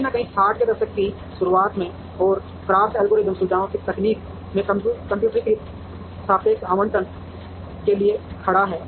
कहीं न कहीं 60 के दशक की शुरुआत में और CRAFT एल्गोरिथ्म सुविधाओं की तकनीक के कम्प्यूटरीकृत सापेक्ष आवंटन के लिए खड़ा है